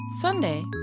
Sunday